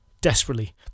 Desperately